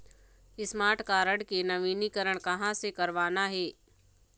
Smart card के नवीनीकरण कहां से करवाना हे?